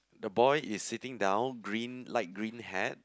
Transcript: the boy is sitting down green light green hat